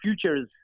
futures